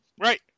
Right